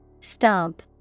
Stomp